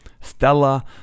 Stella